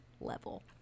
level